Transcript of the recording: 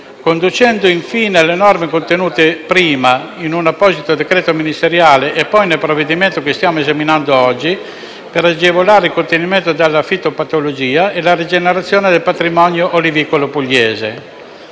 conducendo infine alle norme contenute, prima, in un apposito decreto ministeriale e poi nel provvedimento che stiamo esaminando oggi, per agevolare il contenimento della fitopatologia e la rigenerazione del patrimonio olivicolo pugliese.